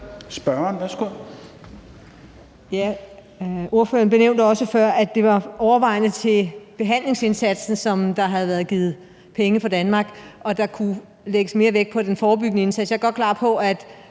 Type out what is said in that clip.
Thorholm (RV): Ordføreren nævnte også før, at det overvejende var til behandlingsindsatsen, der havde været givet penge fra Danmark, og at der kunne lægges mere vægt på den forebyggende indsats. Jeg er godt klar over, at